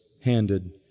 handed